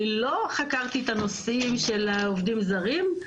אני לא חקרתי את הנושאים של עובדים זרים,